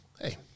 hey